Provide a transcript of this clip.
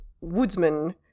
woodsman